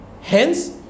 Hence